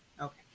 Okay